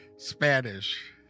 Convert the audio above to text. Spanish